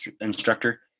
instructor